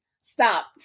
Stop